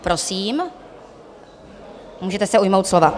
Prosím, můžete se ujmout slova.